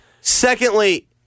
Secondly